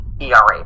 ERA